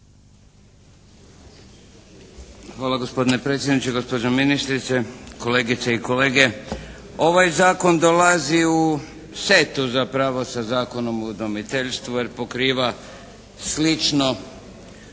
Hvala gospodine predsjedniče, gospođo ministrice, kolegice i kolege. Ovaj zakon dolazi u setu zapravo sa Zakonom o udomiteljstvu jer pokriva slično